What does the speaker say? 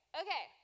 okay